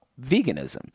veganism